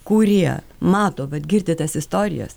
kurie mato vat girdi tas istorijas